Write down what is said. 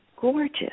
gorgeous